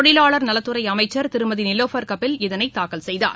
தொழிலாளர் நலத்துறை அமைச்சர் திருமதி நிலோஃபர் கபில் இதனை தாக்கல் செய்தார்